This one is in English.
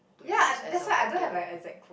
ya and that's why I don't have like exact for